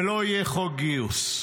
ולא יהיה חוק גיוס.